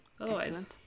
otherwise